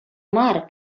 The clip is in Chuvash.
мар